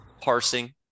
parsing